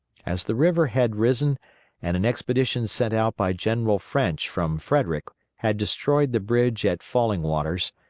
as the river had risen and an expedition sent out by general french from frederick had destroyed the bridge at falling waters,